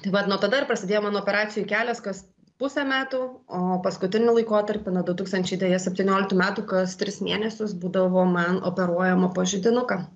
tai vat nuo tada ir prasidėjo mano operacijų kelias kas pusę metų o paskutiniu laikotarpiu nuo du tūkstančiai deja septynioliktų metų kas tris mėnesius būdavo man operuojama po židinuką